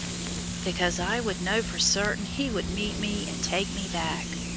because i would know for certain he would meet me and take me back.